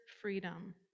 freedom